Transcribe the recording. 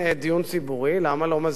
למה לא מזהירים את הציבור ואומרים: